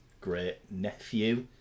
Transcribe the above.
great-nephew